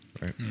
Right